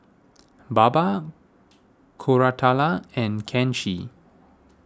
Baba Koratala and Kanshi